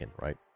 right